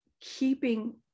keeping